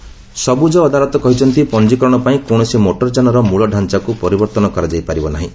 SC vehicle ସବୁଜ ଅଦାଲତ କହିଛନ୍ତି ପଞ୍ଜୀକରଣ ପାଇଁ କୌଣସି ମୋଟରଯାନର ମୂଳ ଢାଞ୍ଚାକୁ ପରିବର୍ତ୍ତନ କରାଯାଇପାରିବ ନାହିଁ